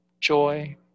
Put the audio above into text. Joy